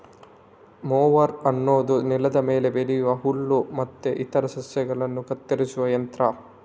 mower ಅನ್ನುದು ನೆಲದ ಮೇಲೆ ಬೆಳೆಯುವ ಹುಲ್ಲು ಮತ್ತೆ ಇತರ ಸಸ್ಯಗಳನ್ನ ಕತ್ತರಿಸುವ ಯಂತ್ರ